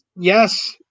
Yes